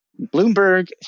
Bloomberg